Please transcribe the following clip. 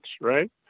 right